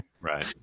Right